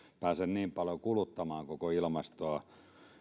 eivät pääse niin paljoa kuluttamaan koko ilmastoa